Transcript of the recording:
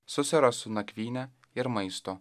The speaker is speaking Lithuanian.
susirasų nakvynę ir maisto